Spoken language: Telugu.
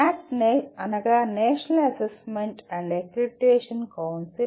NAAC national assessment and accreditation council